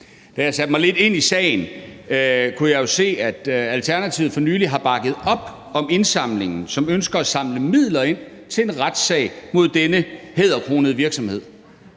Da jeg satte mig lidt ind i sagen, kunne jeg jo se, at Alternativet for nylig har bakket op om indsamlingen, som ønsker at samle midler ind til en retssag mod denne hæderkronede virksomhed.